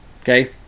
Okay